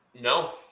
No